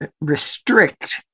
restrict